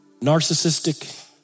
narcissistic